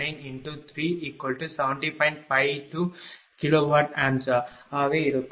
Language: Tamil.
52 kVA ஆக இருக்கும்